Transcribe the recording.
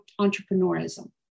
entrepreneurism